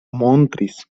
montris